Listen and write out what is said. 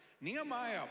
Nehemiah